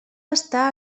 estar